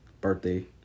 birthday